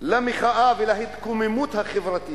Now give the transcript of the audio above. למחאה ולהתקוממות החברתית.